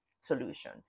solution